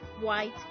white